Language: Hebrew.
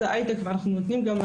אני מסכים עם רוב הדוברים פה.